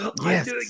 yes